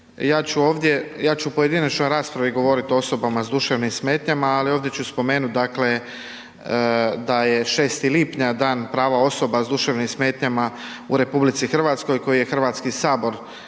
ja ću u pojedinačnoj raspravi govoriti o osobama sa duševnim smetnjama ali ovdje ću spomenuti dakle da je 6. lipnja Dan prava osoba sa duševnim smetnjama u RH koji je Hrvatski sabor